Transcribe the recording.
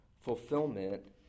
fulfillment